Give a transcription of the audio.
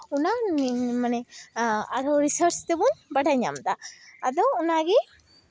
ᱚᱱᱟ ᱢᱟᱱᱮ ᱟᱨᱦᱚᱸ ᱨᱤᱥᱟᱨᱪ ᱛᱮᱵᱚᱱ ᱵᱟᱰᱟᱭ ᱧᱟᱢ ᱮᱫᱟ ᱟᱫᱚ ᱚᱱᱟᱜᱮ